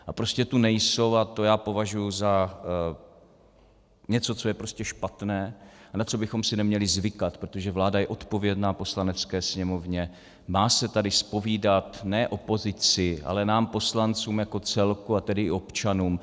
A prostě tu nejsou a to já považuji za něco, co je prostě špatné a na co bychom si neměli zvykat, protože vláda je odpovědná Poslanecké sněmovně, má se tady zpovídat ne opozici, ale nám poslancům jako celku, a tedy i občanům.